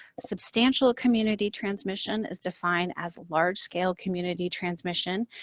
substantial community transmission is defined as large scale community transmission,